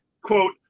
Quote